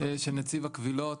של נציב הקבילות,